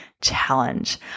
challenge